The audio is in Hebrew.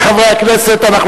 צודק חבר הכנסת רותם.